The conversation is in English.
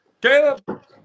Caleb